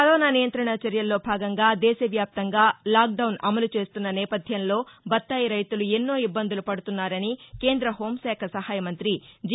corona నియంత్రణ చర్యల్లో భాగంగా దేశ వ్యాప్తంగా లాక్డౌన్ అమలు చేస్తున్న నేపథ్యంలో బత్తాయి రైతులు ఎన్నో ఇబ్బందులు పడుతున్నారని కేంద్ర హోంశాఖ సహాయమంత్రి జి